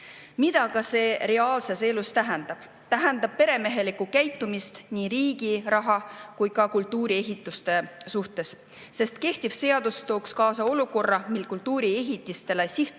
Mida see aga reaalses elus tähendab? See tähendab peremehelikku käitumist nii riigi raha kui ka kultuuriehitiste suhtes, sest kehtiv seadus tooks kaasa olukorra, kus kultuuriehitistele